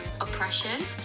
oppression